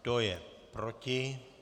Kdo je proti?